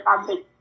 public